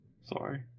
Sorry